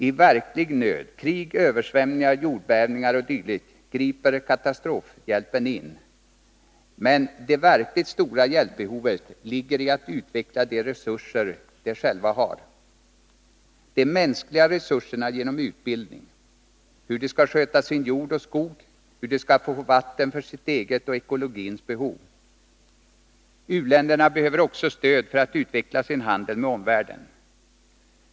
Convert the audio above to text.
I verklig nöd, krig, översvämningar, jordbävningar o. d. griper katastrofhjälpenin, men det verkligt stora hjälpbehovet ligger i att utveckla de resurser de själva har — de mänskliga resurserna genom utbildning: hur de skall sköta sin jord och skog, hur de skall få vatten för sitt eget och ekologins behov. U-länderna behover också stöd för att utveckla sin handel med omvärlden.